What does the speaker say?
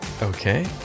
Okay